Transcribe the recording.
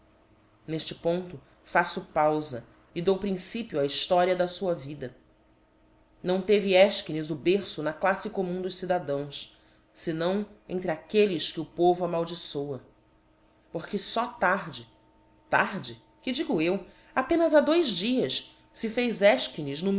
n'eíle ponto aço paufa e dou principio á hiftoria da fua vida não teve efchines o berço na claite commum dos cidadãos fenão entre aquelles que o povo amaldiçoa porque fó tarde tarde que digo eu apenas ha dois dias fe fez efchines